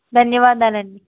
ధన్యవాదాలండి